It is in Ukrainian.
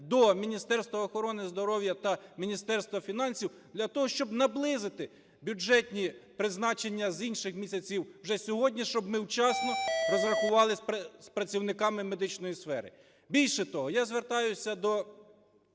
до Міністерства охорони здоров'я та Міністерства фінансів для того, щоб наблизити бюджетні призначення з інших місяців вже сьогодні, щоб ми вчасно розрахувались з працівниками медичної сфери. Більше того, я звертаюся до